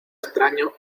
extraño